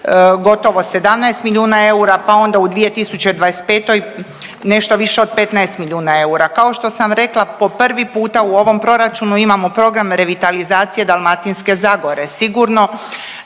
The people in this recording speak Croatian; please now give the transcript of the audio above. gotovo 17 milijuna eura, pa onda u 2025. nešto više od 15 milijuna eura. Kao što sam rekla, po prvi puta u ovom Proračunu imamo program revitalizacije Dalmatinske zagore, sigurno